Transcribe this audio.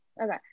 Okay